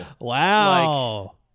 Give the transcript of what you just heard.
Wow